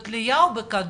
בתלייה, או בכדור,